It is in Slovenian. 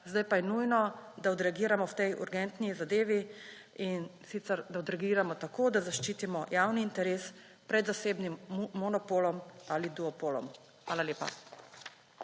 zdaj pa je nujno, da odreagiramo v tej urgentni zadevi, in sicer da odreagiramo tako, da zaščitimo javni interes pred zasebnim monopolom ali duopolom. Hvala lepa.